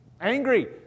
angry